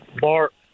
Bart